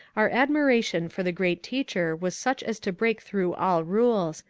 our admiration for the great teacher was such as to break through all rules,